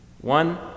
One